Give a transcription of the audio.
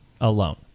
alone